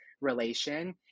relation